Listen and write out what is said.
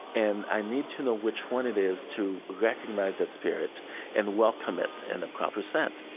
and i need to know which one it is to recognize that spirit and welcome it in the proper sense